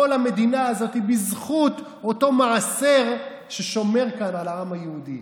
כל המדינה הזאת היא בזכות אותו מעשר ששומר כאן על העם היהודי,